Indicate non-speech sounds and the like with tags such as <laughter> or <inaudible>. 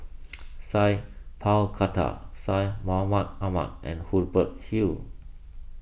<noise> Sat Pal Khattar Syed Mohamed Ahmed and Hubert Hill